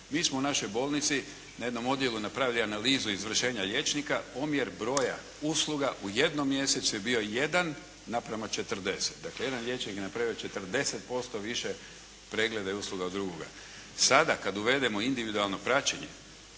Mi smo u našoj bolnici na jednom odjelu napravili analizu izvršenja liječnika, omjer broja usluga u jednom mjesecu je bio 1:40. Dakle jedan liječnik je napravio 40% više pregleda i usluga od drugoga. Sada kada uvedemo individualno praćenje